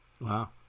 Wow